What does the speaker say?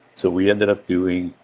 so we ended up doing.